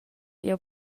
jeu